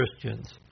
Christians